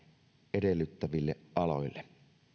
edellyttäville aloille